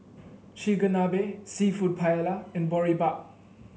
Chigenabe seafood Paella and Boribap